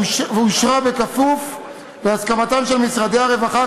ואושרה בכפוף להסכמתם של משרדי הרווחה,